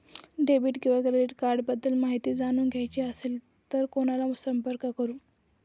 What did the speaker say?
Debit किंवा credit cards बद्दल माहिती जाणून घ्यायची असेल तर कोणाला संपर्क करु?